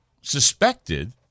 suspected